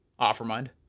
offermind,